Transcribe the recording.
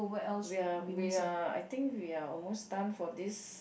we're we're I think we are almost done for this